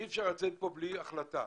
אי אפשר לצאת מפה בלי החלטה.